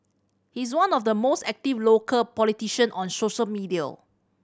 he is one of the most active local politician on social media